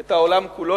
את העולם כולו,